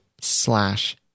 slash